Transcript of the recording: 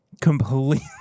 completely